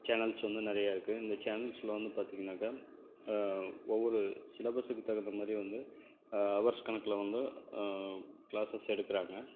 channels வந்து நிறையா இருக்குது இந்த சேனல்ஸ்சில் வந்து பார்த்திங்கனாக்கா ஒவ்வொரு சிலபஸ்ஸுக்கு தகுந்தமாதிரி வந்து அவர்ஸ் கணக்கில் வந்து க்ளாஸஸ் எடுக்கிறாங்க